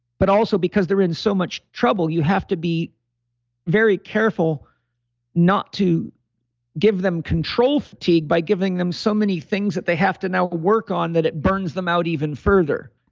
but also, because they're in so much trouble, you have to be very careful not to give them control fatigue by giving them so many things that they have to now work on, that it burns them out even further.